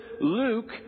Luke